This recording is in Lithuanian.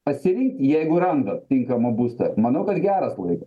pasirinkti jeigu randat tinkamą būstą manau kad geras laikas